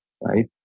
right